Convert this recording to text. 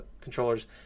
controllers